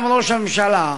גם ראש הממשלה,